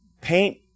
paint